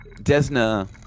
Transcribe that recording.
Desna